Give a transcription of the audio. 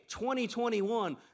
2021